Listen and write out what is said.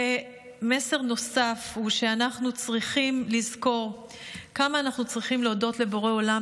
מסר נוסף הוא שאנחנו צריכים לזכור כמה אנחנו צריכים להודות לבורא עולם